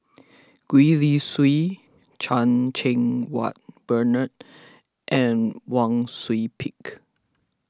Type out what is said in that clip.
Gwee Li Sui Chan Cheng Wah Bernard and Wang Sui Pick